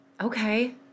Okay